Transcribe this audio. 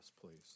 please